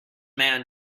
man